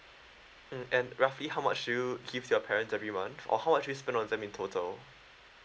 mm and roughly how much do you give to your parents every month or how much do you spend on them in total